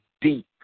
deep